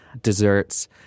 desserts